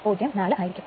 04 ആയിരിക്കും